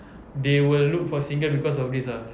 they will look for single because of this ah